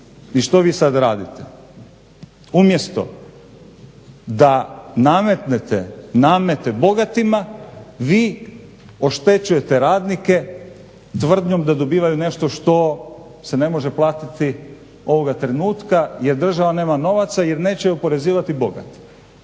I što vi sada radite? Umjesto da nametnete namete bogatima vi oštećujete radnike tvrdnjom da dobivaju nešto što se ne može platiti ovoga trenutka jer država nema novca jer neće oporezivati bogate.